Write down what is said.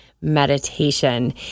meditation